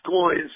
coins